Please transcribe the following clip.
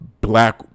black